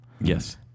Yes